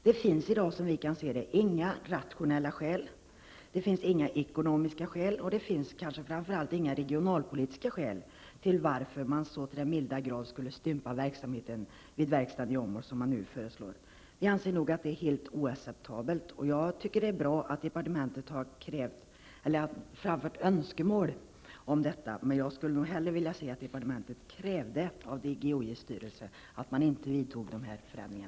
Det finns inte i dag några rationella, ekonomiska eller regionalpolitiska skäl för att man skall stympa verksamheten vid verkstaden i Åmål så som nu föreslås. Det är helt oacceptabelt. Det är bra att departementet har framfört önskemål om detta, men jag skulle hellre vilja att departementet krävde av TGOJs styrelse att man inte vidtog dessa förändringar.